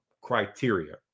criteria